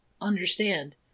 understand